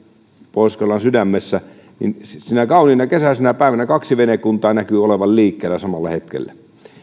pohjois karjalan sydämessä ja sinä kauniina kesäisenä päivänä kaksi venekuntaa näkyi olevan liikkeellä samalla hetkellä